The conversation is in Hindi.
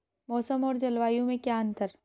मौसम और जलवायु में क्या अंतर?